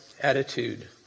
attitude